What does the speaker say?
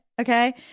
okay